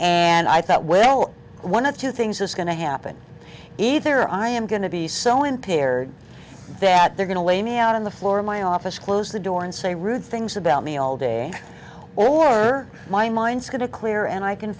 and i thought well one of two things is going to happen either i am going to be so impaired that they're going to lay me out on the floor of my office close the door and say rude things about me all day or or my minds could a clear and i can